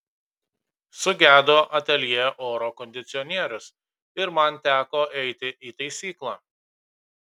sugedo ateljė oro kondicionierius ir man teko eiti į taisyklą